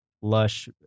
lush